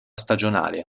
stagionale